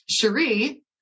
Cherie